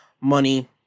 money